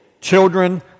children